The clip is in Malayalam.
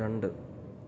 രണ്ട്